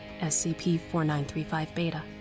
SCP-4935-Beta